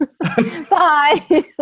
Bye